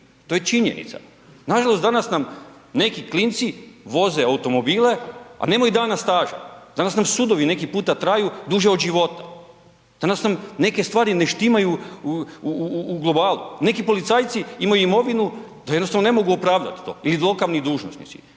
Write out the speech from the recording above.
to je činjenica, nažalost danas nam neki klinci voze automobile, a nemaju dana staža, danas nam sudovi neki puta traju duže od života, danas nam neke stvari ne štimaju u globalu, neki policajci imaju imovinu da jednostavno ne mogu opravdat to ili lokalni dužnosnici,